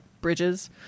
bridges